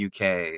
uk